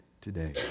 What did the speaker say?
today